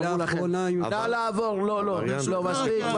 מספיק,